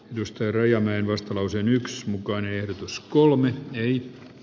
mysteerejämme vastalauseen yks mukaan ehdotus kolme kannatan